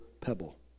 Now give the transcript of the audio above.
pebble